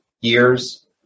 years